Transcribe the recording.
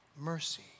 mercy